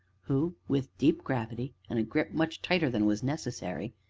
who, with deep gravity, and a grip much tighter than was necessary,